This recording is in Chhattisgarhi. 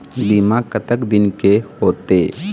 बीमा कतक दिन के होते?